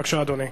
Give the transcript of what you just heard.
בבקשה, אדוני.